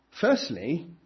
Firstly